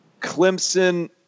Clemson